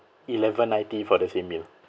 eleven ninety for the same meal